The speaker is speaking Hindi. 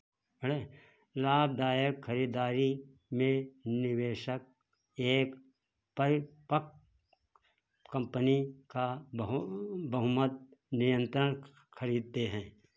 करें लाभदायक खरीददारी में निवेशक एक परिपक्व कम्पनी का बहु बहुमत नियंत्रण खरीदते हैं